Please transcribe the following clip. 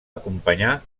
acompanyar